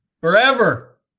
Forever